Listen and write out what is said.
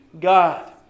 God